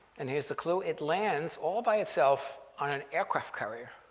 and here's the clue, it lands all by itself on an aircraft carrier.